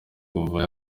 kuva